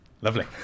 Lovely